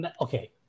Okay